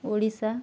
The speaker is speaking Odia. ଓଡ଼ିଶା